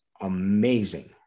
amazing